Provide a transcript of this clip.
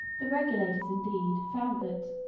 the regulators indeed found that,